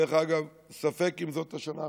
דרך אגב, ספק אם זאת השנה האחרונה.